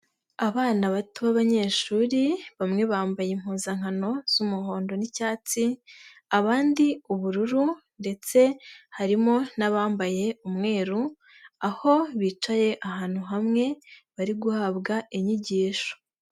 Abana bato b'abanyeshuri, bamwe bambaye impuzankano z'umuhondo n'icyatsi, abandi ubururu ndetse harimo n'abambaye umweru, aho bicaye ahantu hamwe bari guhabwa inyigisho.